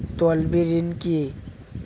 তলবি ঋণ কি?